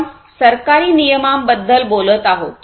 आपण सरकारी नियमांबद्दल बोलत आहोत